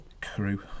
crew